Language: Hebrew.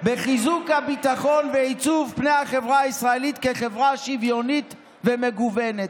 "בחיזוק הביטחון ועיצוב פני החברה הישראלית כחברה שוויונית ומגוונת".